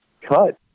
cut